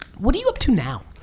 what do you up to now?